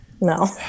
No